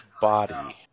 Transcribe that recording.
body